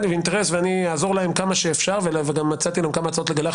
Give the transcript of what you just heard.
ישראל ואני אעזור להם כמה שאפשר ומצאנו כמה הצעות לגלח